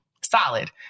solid